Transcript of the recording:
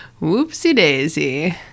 Whoopsie-daisy